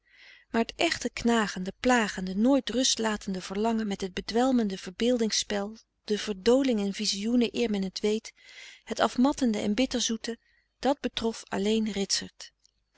maar het echte knagende plagende nooit rust latende verlangen met het bedwelmende verbeeldings spel de verdoling in vizioenen eer men t weet het afmattende en bitter zoete dat betrof alleen ritsert